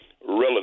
relevant